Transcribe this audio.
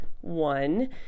one